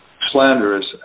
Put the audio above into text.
slanderous